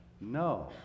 No